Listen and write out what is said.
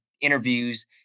interviews